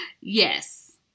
yes